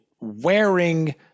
wearing